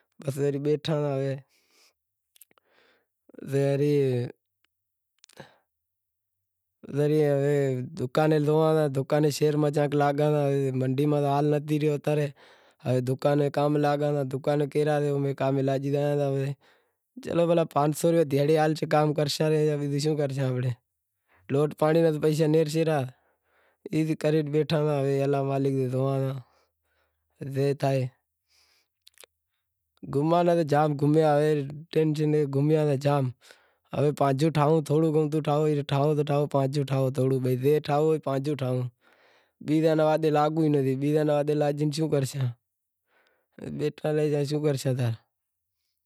بیٹھا ساں ، ای وری، دکاناں زوئاں ساں شہر میں زائے دکاناں ماتھے لاگاں تا، منڈی میں حال نتھی رہیو تو شہر میں زائے دکانیں کام لاگاں تا۔ چلو بھائی پانس سو روپیا دہاڑی ہالشے تو کام کرشاں، روٹلے پانڑی را تو پیشا نیکرشیں پرہا۔ ای کرے بیٹھا ساں الا مالک سے زوئاں تا، گھومیا سے جام ہوے پانجو ٹھائوں تھوڑو گھنڑو ٹھائوں تو پانجو ٹھائوں، پانجو ٹھائوں، زے ٹھائو پانجو ٹھائو، بیزاں لارے لاگو نتھی بیزاں لارے لاگیا تو شوں کرشیں، بیٹھا رہیا تو شوں کرشاں۔